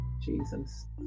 Jesus